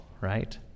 right